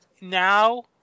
now